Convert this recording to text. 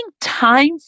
time